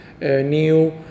new